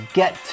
get